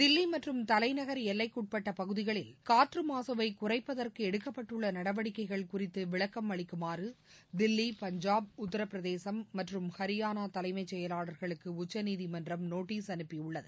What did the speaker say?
தில்லி மற்றும் தலைநகள் எல்லைக்குப்பட்ட பகுதிகளில் காற்று மாசுவை குறைப்பதற்கு எடுக்கப்பட்டுள்ள நடவடிக்கைகள் குறித்து விளக்கம் அளிக்குமாறு தில்லி பஞ்சாப் உத்தரப்பிரதேசம் மற்றும் அரியானா தலைமைச் செயலாளர்களுக்கு உச்சநீதிமன்றம் நோட்டீஸ் அனுப்பியுள்ளது